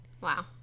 Wow